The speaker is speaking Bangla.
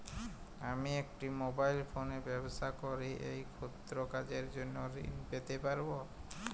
আমি একটি মোবাইল ফোনে ব্যবসা করি এই ক্ষুদ্র কাজের জন্য ঋণ পেতে পারব?